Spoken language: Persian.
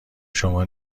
شما